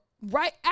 right